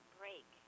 break